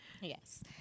Yes